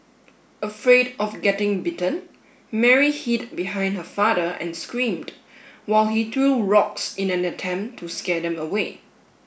afraid of getting bitten Mary hid behind her father and screamed while he threw rocks in an attempt to scare them away